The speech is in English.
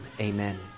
amen